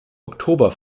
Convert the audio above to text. oktober